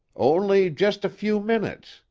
only just a few minutes.